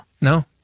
no